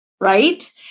Right